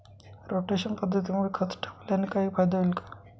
Rotation पद्धतीमुळे खत टाकल्याने काही फायदा होईल का?